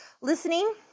listening